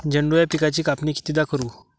झेंडू या पिकाची कापनी कितीदा करू?